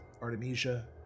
Artemisia